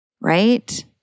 right